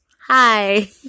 Hi